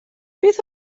beth